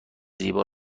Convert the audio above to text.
زیبا